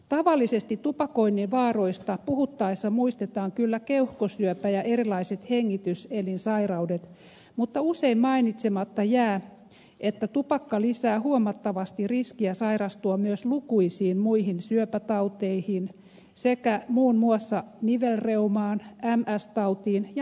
tavallisesti tupakoinnin vaaroista puhuttaessa muistetaan kyllä keuhkosyöpä ja erilaiset hengityselinsairaudet mutta usein mainitsematta jää että tupakka lisää huomattavasti riskiä sairastua myös lukuisiin muihin syöpätauteihin sekä muun muassa nivelreumaan ms tautiin ja masennukseen